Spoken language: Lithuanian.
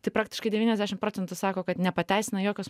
tai praktiškai devyniasdešim procentų sako kad nepateisina jokio